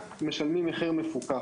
משלמים מחיר מפוקח.